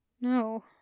No